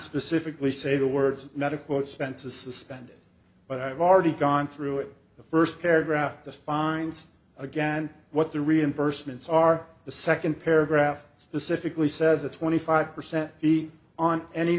specifically say the words medical expenses suspended but i've already gone through it the first paragraph the fines again what the reimbursements are the second paragraph specifically says a twenty five percent fee on any